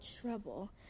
Trouble